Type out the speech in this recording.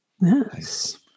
Nice